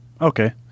Okay